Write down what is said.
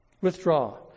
Withdraw